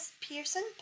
Pearson